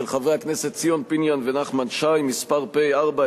של חברי הכנסת ציון פיניאן ונחמן שי, פ/4181/18,